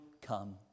come